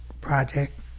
project